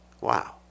Wow